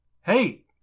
Hey